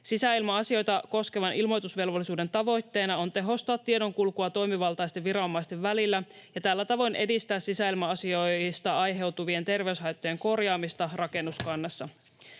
Sisäilma-asioita koskevan ilmoitusvelvollisuuden tavoitteena on tehostaa tiedonkulkua toimivaltaisten viranomaisten välillä ja tällä tavoin edistää sisäilma-asioista aiheutu-vien terveyshaittojen korjaamista rakennuskannassa.